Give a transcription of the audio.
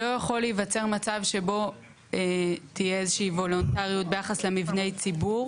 לא יכול להיווצר מצב שבו תהיה איזושהי וולונטריות ביחס למבני ציבור